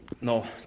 No